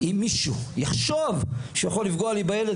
אם מישהו יחשוב שהוא יכול לפגוע לי בילד,